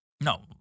No